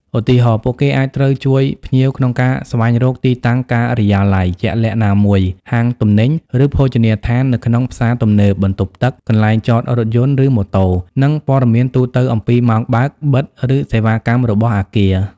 ឧទាហរណ៍ ពួកគេអាចត្រូវជួយភ្ញៀវក្នុងការស្វែងរក ទីតាំងការិយាល័យជាក់លាក់ណាមួយ ហាងទំនិញ ឬភោជនីយដ្ឋាននៅក្នុងផ្សារទំនើប បន្ទប់ទឹក កន្លែងចតរថយន្ត ឬម៉ូតូ និងព័ត៌មានទូទៅអំពីម៉ោងបើក-បិទ ឬសេវាកម្មរបស់អគារ។